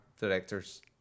directors